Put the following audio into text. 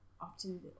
often